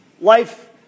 life